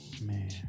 Man